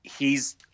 hes